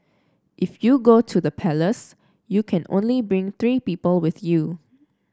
if you go to the palace you can only bring three people with you